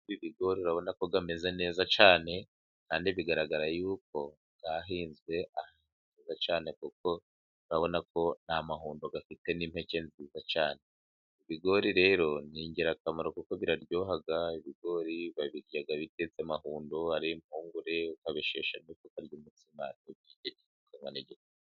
Amahundo y'ibigori urabona ko ameze neza cyane, kandi bigaragara ko yahinzwe ahantu heza cyane, kuko urabona ko ni amahundo afite n'impeke nziza cyane. Ibigori rero ni ingirakamaro kuko biraryoha ibigori babirya bitetse amahundo, ari impungure ukabishesha ukarya umutsima ukanwa n'igikoma.